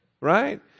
right